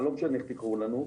לא משנה איך תקראו לנו,